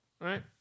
Right